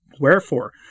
Wherefore